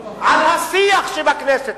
על השיח שבכנסת.